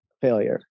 failure